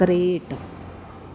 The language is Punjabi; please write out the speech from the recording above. ਤਰੇਂਹਠ